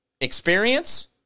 Experience